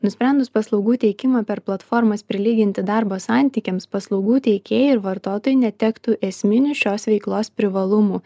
nusprendus paslaugų teikimą per platformas prilyginti darbo santykiams paslaugų teikėjai ir vartotojai netektų esminių šios veiklos privalumų